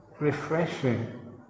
refreshing